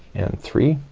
and three